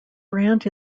brant